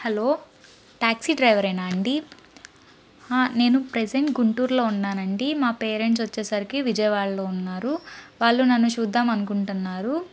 hello taxi డ్రైవరేనా అండీ నేను ప్రజెంట్ గుంటూరు లో ఉన్నానండి మా పేరెంట్స్ వచ్చేసరికి విజయవాడలో ఉన్నారు వాళ్ళు నన్ను చూద్దామనుకుంటన్నారు